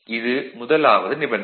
இது முதலாவது நிபந்தனை